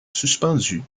suspendu